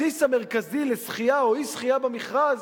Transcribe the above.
הבסיס המרכזי לזכייה או אי-זכייה במכרז